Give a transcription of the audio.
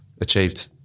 achieved